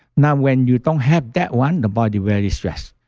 now, when you don't have that one, the body very stressed.